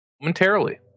momentarily